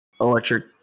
electric